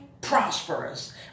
prosperous